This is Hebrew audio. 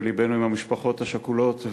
ולבנו עם המשפחות השכולות,